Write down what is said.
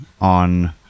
on